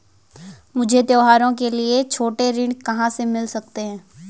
मुझे त्योहारों के लिए छोटे ऋण कहाँ से मिल सकते हैं?